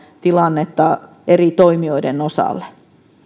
tilannetta eri toimijoiden osalle